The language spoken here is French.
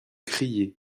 crier